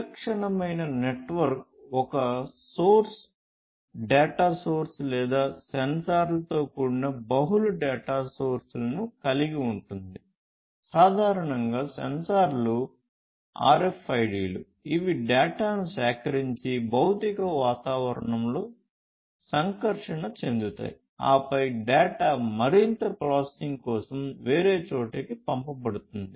విలక్షణమైన నెట్వర్క్ ఒక source data source లేదా సెన్సార్లతో కూడిన బహుళ డేటా సోర్స్లను కలిగి ఉంటుంది సాధారణంగా సెన్సార్లు RFID లు ఇవి డేటాను సేకరించి భౌతిక వాతావరణంతో సంకర్షణ చెందుతాయి ఆపై డేటా మరింత ప్రాసెసింగ్ కోసం వేరే చోటికి పంపబడుతుంది